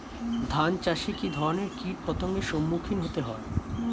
ধান চাষে কী ধরনের কীট পতঙ্গের সম্মুখীন হতে হয়?